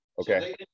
Okay